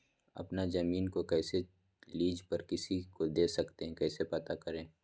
अपना जमीन को कैसे लीज पर किसी को दे सकते है कैसे पता करें?